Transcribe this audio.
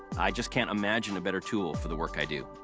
i just can't imagine a better tool for the work i do.